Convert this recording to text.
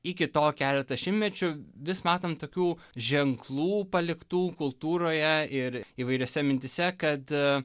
iki to keletą šimtmečių vis matom tokių ženklų paliktų kultūroje ir įvairiose mintyse kad a